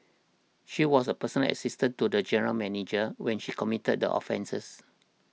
she was a personal assistant to the general manager when she committed the offences